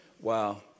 wow